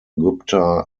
gupta